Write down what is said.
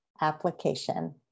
application